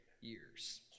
years